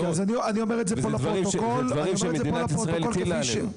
ואלה דברים שמדינת ישראל הטילה עליהם.